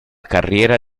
carriera